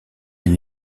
une